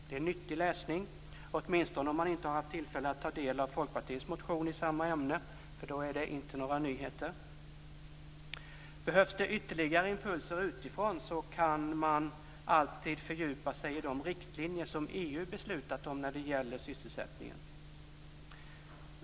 Det är nyttig läsning, åtminstone om man inte har haft tillfälle att ta del av Folkpartiets motion i samma ämne, för då är det inte några nyheter. Behövs det ytterligare impulser utifrån kan man alltid fördjupa sig i de riktlinjer som EU har beslutat om när det gäller sysselsättningen.